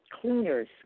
cleaners